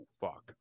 fuck